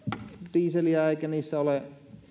dieseliä eikä niissä ole